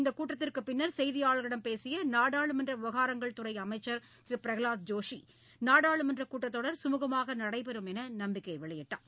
இந்தக் கூட்டத்திற்கு பின்னர் செய்தியாளர்களிடம் பேசிய நாடாளுமன்ற விவகாரங்கள் துறை அமைச்சர் திரு பிரகலாத் ஜோஷி நாடாளுமன்றக் கூட்டத் தொடர் சுமுகமாக நடைபெறும் என்று நம்பிக்கைத் தெரிவித்தார்